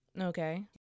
Okay